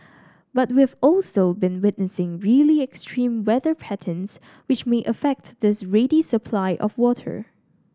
but we've also been witnessing really extreme weather patterns which may affect this ready supply of water